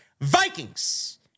Vikings